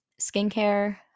skincare